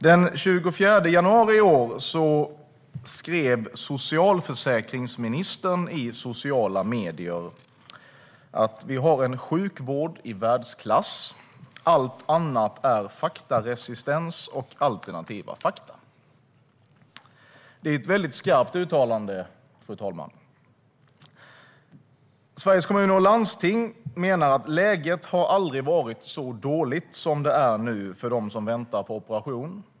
Den 24 januari i år skrev socialförsäkringsministern i sociala medier att vi har en sjukvård i världsklass - allt annat är faktaresistens och alternativa fakta. Det är ett väldigt skarpt uttalande, fru talman. Sveriges Kommuner och Landsting menar att läget aldrig har varit så dåligt som det är nu för dem som väntar på operation.